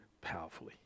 powerfully